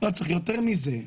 צריך יותר מזה.